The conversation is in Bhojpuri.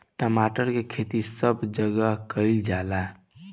टमाटर के खेती सब जगह कइल जाला